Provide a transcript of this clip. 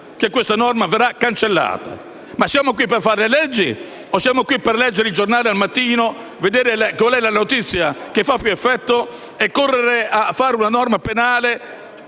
che questa norma verrà cancellata. Siamo qui per fare le leggi o per leggere il giornale al mattino, vedere qual è la notizia che fa più effetto e correre a fare una norma penale,